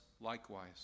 likewise